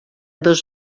dos